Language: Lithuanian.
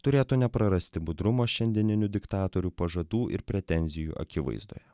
turėtų neprarasti budrumo šiandieninių diktatorių pažadų ir pretenzijų akivaizdoje